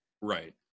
Right